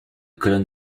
colonne